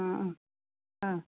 अ अ अ